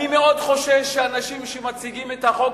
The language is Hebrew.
אני מאוד חושש שאנשים שמציגים את החוק